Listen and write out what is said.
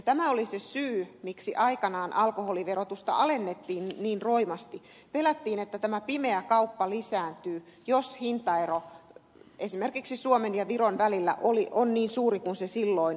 tämä oli se syy miksi aikanaan alkoholiverotusta alennettiin niin roimasti kun pelättiin että tämä pimeä kauppa lisääntyy jos hintaero esimerkiksi suomen ja viron välillä on niin suuri kuin se silloin oli